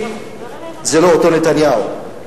זה לא אותו נתניהו.